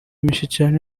mishyikirano